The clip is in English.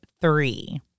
three